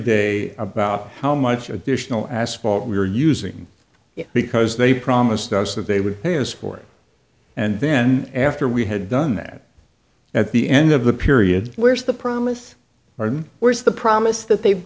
day about how much additional asphalt we were using because they promised us that they would pay us for it and then after we had done that at the end of the period where's the promise or where's the promise that they